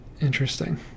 interesting